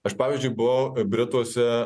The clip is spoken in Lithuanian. aš pavyzdžiui buvau brituose